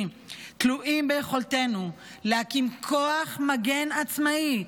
תלויים ביכולתנו להקים כוח מגן עצמאי,